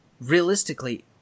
realistically